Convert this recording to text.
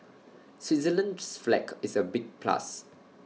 Switzerland's flag is A big plus